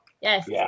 Yes